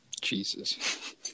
Jesus